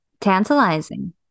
tantalizing